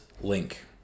link